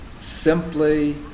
simply